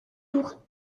pour